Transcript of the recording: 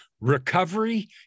Recovery